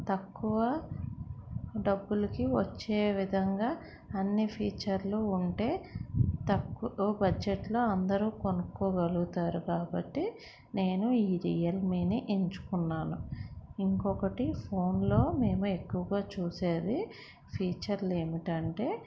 తక్కువ డబ్బులుకి వచ్చే విధంగా అన్ని ఫీచర్లు ఉంటే తక్కువ బడ్జెట్లో అందరు కొనుక్కోగలుగుతారు కాబట్టి నేను ఈ రియల్మీని ఎంచుకున్నాను ఇంకొకటి ఫోన్లో మేము ఎక్కువగా చూసేది ఫీచర్లు ఏంటంటే